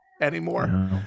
anymore